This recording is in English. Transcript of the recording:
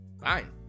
Fine